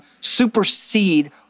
supersede